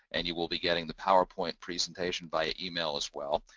and you will be getting the powerpoint presentation via email as well,